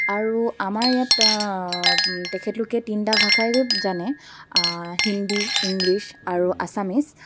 আৰু আমাৰ ইয়াত তেখেতলোকে তিনিটা ভাষাই জানে হিন্দী ইংলিছ আৰু আচামিজ